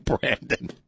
Brandon